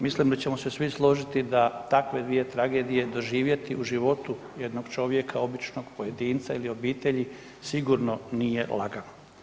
Mislim da ćemo se svi složiti da takve dvije tragedije doživjeti u životu jednog čovjeka, običnog pojedinca ili obitelji, sigurno nije lagano.